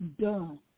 done